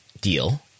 deal